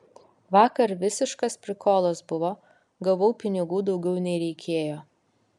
vakar visiškas prikolas buvo gavau pinigų daugiau nei reikėjo